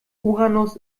uranus